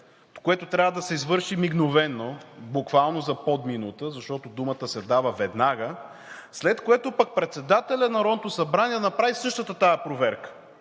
което трябва да се извърши мигновено, буквално за под минута, защото думата се дава веднага, след което пък председателят на Народното събрание да направи същата тази проверка,